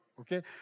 okay